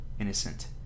innocent